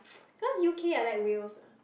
cause U_K I like Wales ah